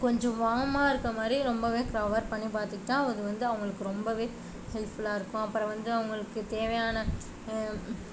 கொஞ்சம் வாமா இருக்கிற மாதிரி ரொம்பவே கவர் பண்ணி பார்த்துக்கிட்டா அது வந்து அவங்களுக்கு ரொம்பவே ஹெல்ப்ஃபுல்லாக இருக்கும் அப்புறோம் வந்து அவர்களுக்கு தேவையான